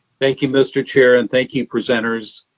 thank you, mr. chair. and thank you presenters.